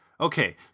Okay